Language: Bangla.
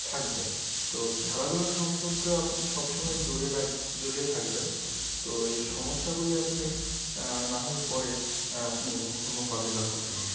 থাকবে তো খেলাধুলার সম্পর্কে আপনি সবসময় জড়িয়ে রাক জড়িয়ে থাকবেন তো এই সমস্যাগুলি আপনি না হয় পরে আপনি মোকাবিলা করবেন